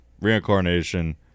Reincarnation